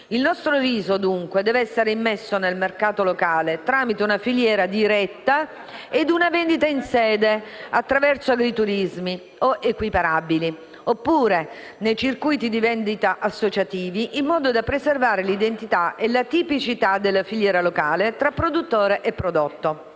Il nostro riso, dunque, deve essere immesso nel mercato locale tramite una filiera diretta ed una vendita in sede attraverso agriturismi (o equiparabili), oppure nei circuiti di vendita associativi, in modo da preservare l'identità e la tipicità della filiera locale tra produttore e prodotto.